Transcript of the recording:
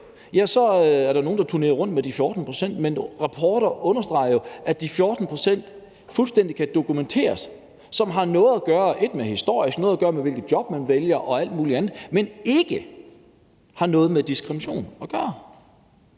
ja, så er der nogle, der turnerer rundt med de 14 pct., men rapporter understreger jo, at de 14 pct. kan dokumenteres fuldstændig. Det har først noget at gøre med noget historisk, det har noget at gøre med, hvilket job man vælger, og alt muligt andet, men det har ikke noget med diskrimination at gøre,